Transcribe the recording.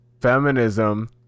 feminism